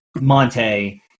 Monte